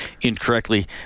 incorrectly